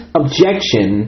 objection